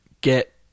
get